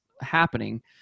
happening